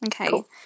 Okay